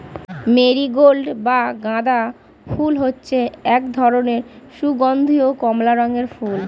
marigold বা গাঁদা ফুল হচ্ছে এক ধরনের সুগন্ধীয় কমলা রঙের ফুল